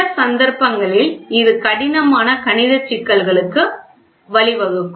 சில சந்தர்ப்பங்களில் இது கடினமான கணித சிக்கல்களுக்கு வழிவகுக்கும்